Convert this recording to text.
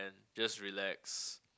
just relax